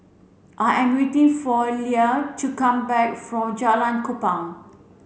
I am waiting for Leia to come back from Jalan Kupang